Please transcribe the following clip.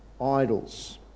idols